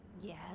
Yes